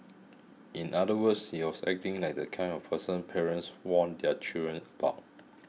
in other words he was acting like the kind of person parents warn their children about